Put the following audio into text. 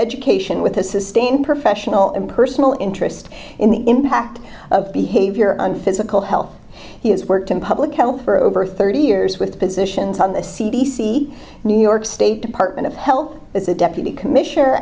education with a sustained professional and personal interest in the impact of behavior on physical health he has worked in public health for over thirty years with positions on the c d c new york state department of health is the deputy commissioner